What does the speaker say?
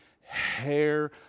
hair